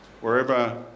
Wherever